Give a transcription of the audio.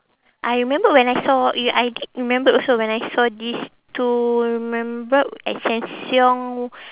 I remembered when I saw you I did remember also when I saw these two remember at sheng siong